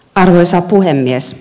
arvoisa puhemies